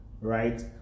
right